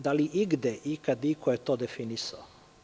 Da li igde iko ikad je to definisao?